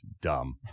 dumb